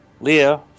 Leah